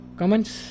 comments